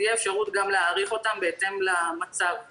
ותהיה אפשרות גם להאריך אותם בהתאם למצב המשק.